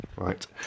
Right